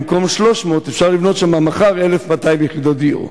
במקום 300 אפשר לבנות שם מחר 1,200 יחידות דיור,